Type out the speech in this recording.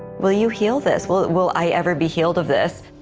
will you heal this? will will i ever be healed of this?